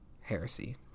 heresy